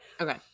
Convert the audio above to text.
Okay